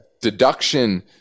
deduction